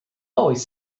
always